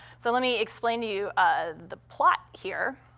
so let me explain to you ah the plot here.